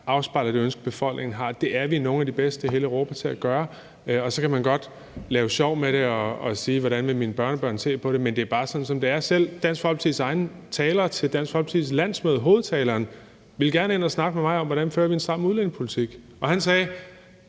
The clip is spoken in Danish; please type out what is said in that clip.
afspejler det ønske, befolkningen har. Det er vi nogle af de bedste i hele Europa til at gøre. Så kan man godt lave sjov med det og spørge, hvordan mine børnebørn vil se på det, men det er bare sådan, som det er. Selv Dansk Folkepartis egen taler til Dansk Folkepartis landsmøde, hovedtaleren, ville gerne ind og snakke med mig om, hvordan vi fører en stram udlændingepolitik, og han sagde: